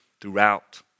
throughout